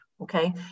Okay